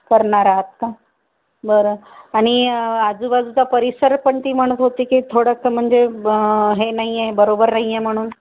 करणार आहात का बरं आणि आजूबाजूचा परिसर पण ती म्हणत होती की थोडंसं म्हणजे हे नाही आहे बरोबर नाही आहे म्हणून